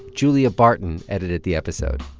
julia barton edited the episode.